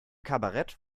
kabarett